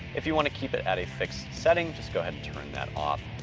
if you wanna keep it at a fixed setting, just go ahead and turn that off.